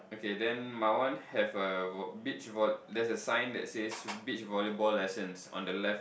okay then my one have a vo~ beach voll~ there's a sign that says beach volleyball lessons on the left